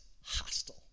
hostile